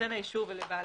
לנותן האישור ולבעל